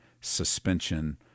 suspension